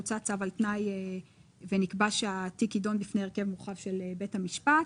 הוצא צו על תנאי ונקבע שהתיק יידון בפני הרכב מורחב של בית המשפט.